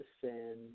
sin